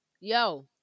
yo